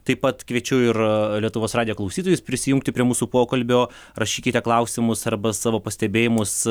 taip pat kviečiu ir lietuvos radijo klausytojus prisijungti prie mūsų pokalbio rašykite klausimus arba savo pastebėjimus